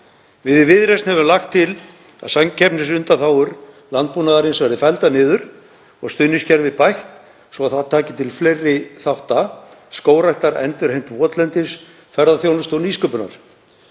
Við í Viðreisn höfum lagt til að samkeppnisundanþágur landbúnaðarins verði felldar niður og stuðningskerfið bætt svo að það taki til fleiri þátta; skógræktar, endurheimtar votlendis, ferðaþjónustu og nýsköpunar